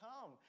come